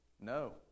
No